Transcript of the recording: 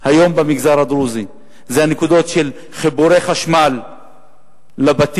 היום במגזר הדרוזי: חיבורי חשמל לבתים,